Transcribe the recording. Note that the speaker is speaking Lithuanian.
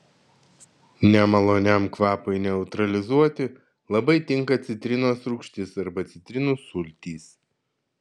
nemaloniam kvapui neutralizuoti labai tinka citrinos rūgštis arba citrinų sultys